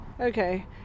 Okay